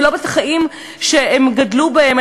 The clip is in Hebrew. ולא בחיים שהם גדלו בהם,